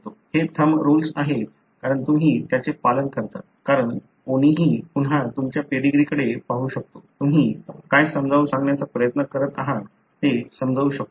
हे thumb rules आहेत कारण तुम्ही त्याचे पालन करता कारण कोणीही पुन्हा तुमच्या पेडीग्रीकडे पाहू शकतो तुम्ही काय समजावून सांगण्याचा प्रयत्न करत आहात हे समजू शकतो